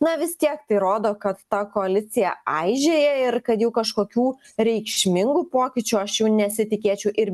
na vis tiek tai rodo kad ta koalicija aižėja ir kad jau kažkokių reikšmingų pokyčių aš jau nesitikėčiau ir